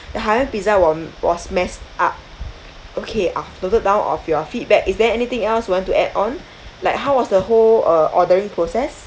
the hawaiian pizza wa~ was messed up okay I've noted down of your feedback is there anything else you want to add on like how was the whole uh ordering process